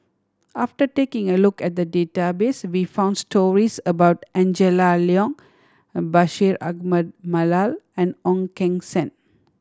after taking a look at database we found stories about Angela Liong and Bashir Ahmad Mallal and Ong Keng Sen